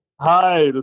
Hi